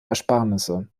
ersparnisse